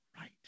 right